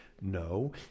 No